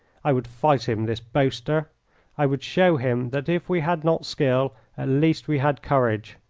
i would fight him, this boaster i would show him that if we had not skill at least we had courage.